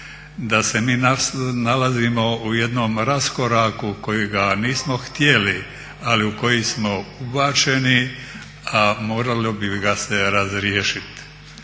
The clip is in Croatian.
da se mi nalazimo u jednom raskoraku kojega nismo htjeli ali u koji smo ubačeni a moralo bi ga se razriješiti.